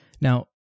Now